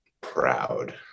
proud